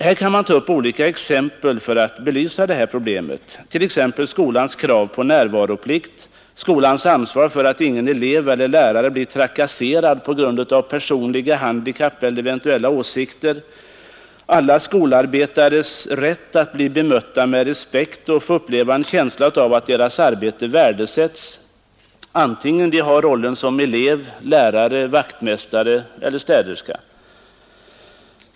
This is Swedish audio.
Man kan ta olika exempel för att belysa detta problem, såsom skolans krav på närvaroplikt, skolans ansvar för att ingen elev eller lärare blir trakasserad på grund av personliga handikapp eller eventuella åsikter, alla skolarbetares rätt att bli bemötta med respekt och få uppleva en känsla av att deras arbete värdesätts, vare sig de har rollen som elev, lärare, vaktmästare eller städerska.